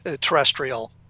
terrestrial